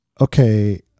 okay